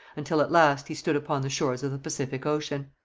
until at last he stood upon the shores of pacific ocean.